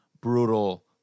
brutal